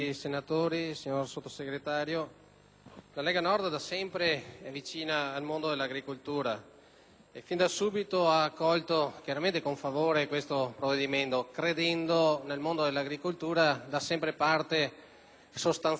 la Lega Nord è da sempre vicina al mondo dell'agricoltura e fin da subito ha accolto con favore, tale provvedimento credendo nel mondo dell'agricoltura, da sempre parte sostanziale e predominante della nostra economia.